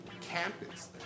campus